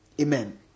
Amen